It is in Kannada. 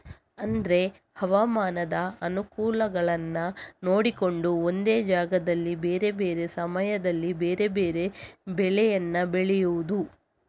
ಅಂದ್ರೆ ಹವಾಮಾನದ ಅನುಕೂಲಗಳನ್ನ ನೋಡಿಕೊಂಡು ಒಂದೇ ಜಾಗದಲ್ಲಿ ಬೇರೆ ಬೇರೆ ಸಮಯದಲ್ಲಿ ಬೇರೆ ಬೇರೆ ಬೆಳೇನ ಬೆಳೆಯುದು